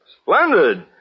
Splendid